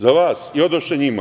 Za vas i odoše njima.